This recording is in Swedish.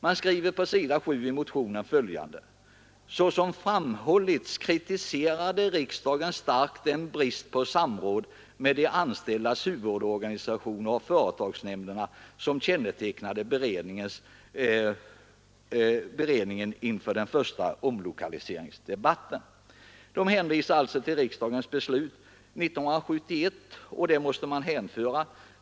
Man skriver på s. 7 i motionen följande: ”Såsom framhållits kritiserade riksdagen starkt den brist på samråd med de anställdas huvudorganisationer och företagsnämnderna som kännetecknade beredningen inför den första omlokaliseringsdebatten.” Man hänvisar alltså till riksdagens beslut 1971.